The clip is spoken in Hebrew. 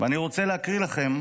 ואני רוצה להקריא לכם,